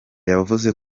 yavuze